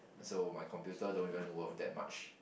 so my computer don't even work that much